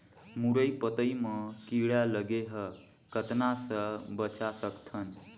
मुरई पतई म कीड़ा लगे ह कतना स बचा सकथन?